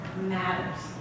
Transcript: matters